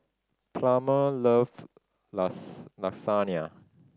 Plummer love Lasagna